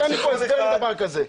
תנו לי כאן הסבר לדבר כזה.